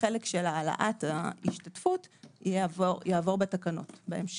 החלק של העלאת ההשתתפות יעבור בתקנות בהמשך.